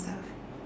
stuff